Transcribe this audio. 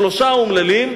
שלושה האומללים,